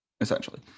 Essentially